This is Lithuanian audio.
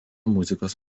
muzikos